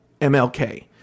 mlk